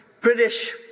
British